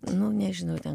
nu nežinau ten